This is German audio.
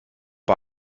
bei